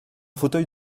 fauteuil